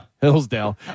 Hillsdale